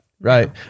Right